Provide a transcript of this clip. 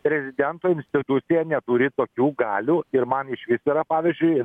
prezidento institucija neturi tokių galių ir man išvis yra pavyzdžiui